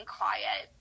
quiet